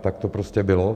Tak to prostě bylo.